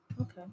Okay